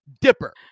Dipper